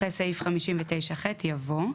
אחרי סעיף 59ח יבוא: